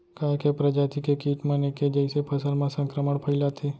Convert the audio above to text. का ऐके प्रजाति के किट मन ऐके जइसे फसल म संक्रमण फइलाथें?